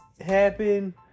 happen